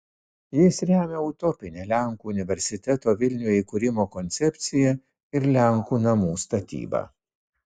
jis remia utopinę lenkų universiteto vilniuje įkūrimo koncepciją ir lenkų namų statybą